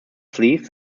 sleeves